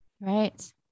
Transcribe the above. Right